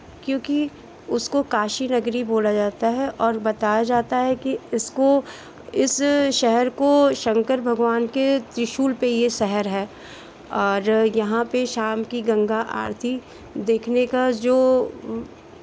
क्योंकि उसको काशी नगरी बोला जाता है और बताया जाता है कि इसको इस शहर को शंकर भगवान के त्रिशूल पे ये शहर है और यहाँ पे शाम की गंगा आरती देखने का जो